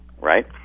right